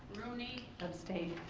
rooney. abstained.